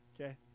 Okay